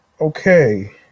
Okay